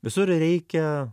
visur reikia